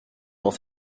dans